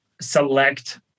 select